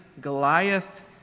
Goliath